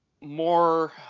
more